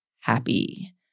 happy